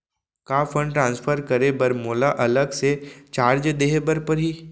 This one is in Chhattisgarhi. का फण्ड ट्रांसफर करे बर मोला अलग से चार्ज देहे बर परही?